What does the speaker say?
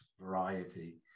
variety